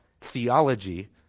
theology